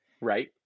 Right